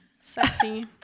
sexy